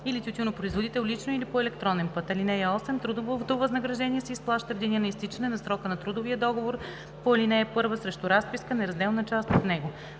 или тютюнопроизводител лично или по електронен път. (8) Трудовото възнаграждение се изплаща в деня на изтичане на срока на трудовия договор по ал. 1 срещу разписка, неразделна част от него.